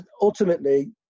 ultimately